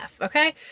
Okay